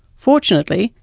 fortunately,